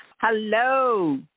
Hello